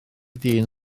dyn